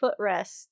footrest